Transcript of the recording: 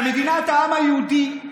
זו מדינת העם היהודי.